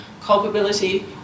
culpability